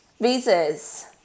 Visas